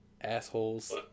Assholes